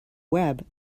web